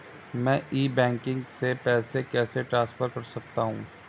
मैं e banking से पैसे कैसे ट्रांसफर कर सकता हूं?